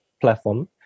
platform